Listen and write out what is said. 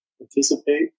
anticipate